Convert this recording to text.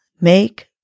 make